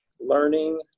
learning